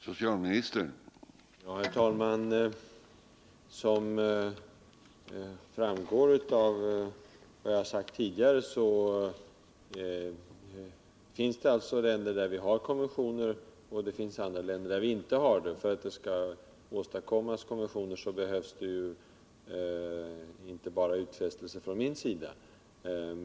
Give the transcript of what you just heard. Herr talman! Som framgår av vad jag tidigare har sagt finns det alltså länder där vi har konventioner, och det finns länder där vi inte har några konventioner. För att åstadkomma konventioner behövs det inte bara utfästelser från min sida.